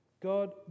God